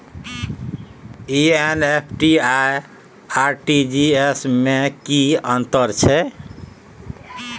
NEFT आ RTGS में की अन्तर छै?